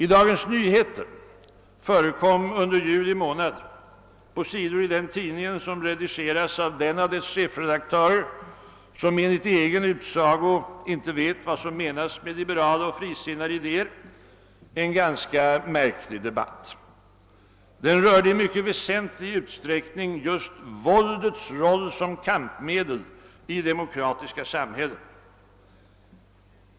I Dagens Nyheter förekom under juli månad — på sidor i denna tidning redigerade av den av dess chefredaktörer som enligt egen utsago ej vet vad som menas med liberala och frisinnade idéer — en ganska märklig debatt. Den rörde i mycket väsentlig utsträckning just våldets roll som kampmedel i demokratiska samhällen.